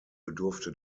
bedurfte